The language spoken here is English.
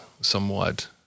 somewhat